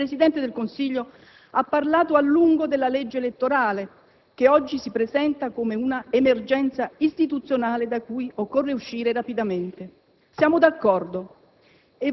Il Presidente del Consiglio ha parlato a lungo della legge elettorale, che oggi si presenta come un'emergenza istituzionale da cui occorre uscire rapidamente. Siamo d'accordo